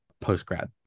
post-grad